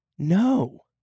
No